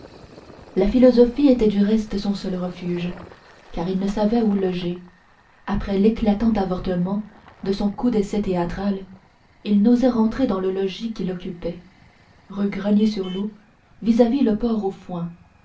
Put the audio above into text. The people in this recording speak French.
la philosophie était du reste son seul refuge car il ne savait où loger après l'éclatant avortement de son coup d'essai théâtral il n'osait rentrer dans le logis qu'il occupait rue grenier sur leau vis-à-vis le